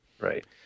right